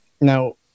now